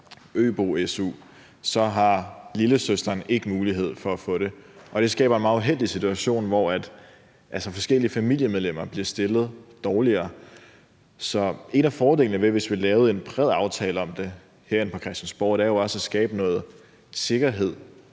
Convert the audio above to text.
her ø-su, har lillesøsteren ikke mulighed for at få det. Og det skaber en meget uheldig situation, hvor familiemedlemmer bliver stillet dårligere. Så en af fordelene, hvis vi lavede en bred aftale om det herinde på Christiansborg, er jo også at skabe noget sikkerhed